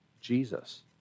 Jesus